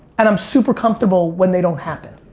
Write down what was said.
and i'm super comfortable when they don't happen.